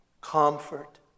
Comfort